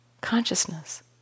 consciousness